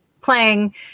playing